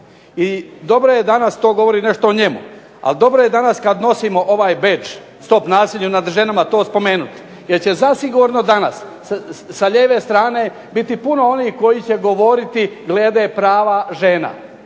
i dobro je danas to govori nešto o njemu. Ali dobro je danas kad nosimo ovaj bedž stop nasilju nad ženama to spomenuti, jer će zasigurno danas, sa lijeve strane biti puno onih koji će govoriti glede prava žena.